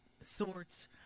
sorts